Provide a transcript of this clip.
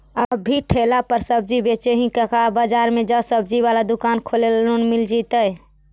अभी ठेला पर सब्जी बेच ही का बाजार में ज्सबजी बाला दुकान खोले ल लोन मिल जईतै?